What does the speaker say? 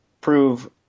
prove